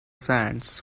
sands